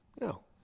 No